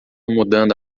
mudando